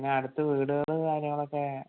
പിന്നെ അടുത്ത് വീടുകള് കാര്യങ്ങളൊക്കെ